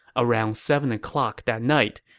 around seven o'clock that night,